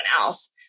else